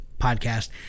podcast